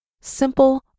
Simple